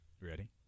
Ready